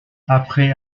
après